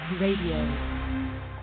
Radio